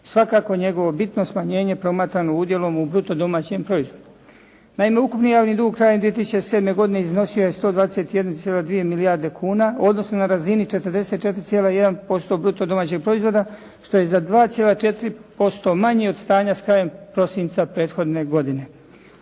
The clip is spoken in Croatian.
svakako njegovo bitno smanjenje promatrano udjelom u bruto domaćem proizvodu. Naime ukupni javni dug krajem 2007. godine iznosio je 121,2 milijarde kuna u odnosu na razini 44,1% bruto domaćeg proizvoda što je za 2,4% manje od stanja krajem prosinca prethodne godine.